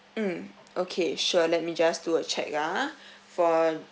mm okay sure let me just do a check ah for